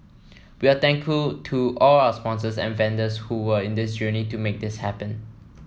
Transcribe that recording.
we are thankful to all our sponsors and vendors who were in this journey to make this happen